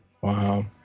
Wow